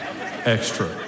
extra